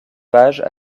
pages